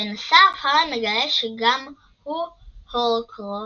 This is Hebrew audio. בנוסף, הארי מגלה שגם הוא הורקרוקס,